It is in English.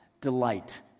delight